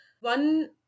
one